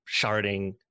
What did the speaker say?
sharding